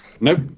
Nope